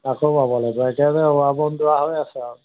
আকৌ পাব লাগিব এতিয়া আমি ৱাই বন দুৱাই হৈ আছে আও